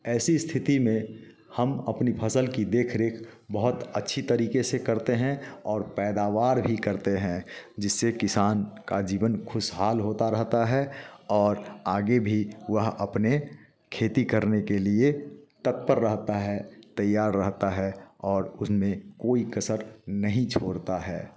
ऐसी स्थिति में हम अपनी फसल की देख रेख बहुत अच्छी तरीके से करते हैं और पैदावार भी करते हैं जिससे किसान का जीवन खुशहाल होता रहता है और आगे भी वह अपने खेती करने के लिए तत्पर रहता है तैयार रहता है और उसमें कोई कसर नहीं छोड़ता है